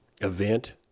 event